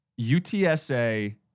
UTSA